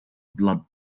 blood